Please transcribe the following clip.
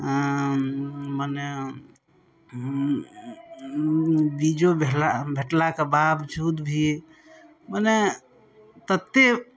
मने बीजो भे भेटलाके बावजूद भी मने ततेक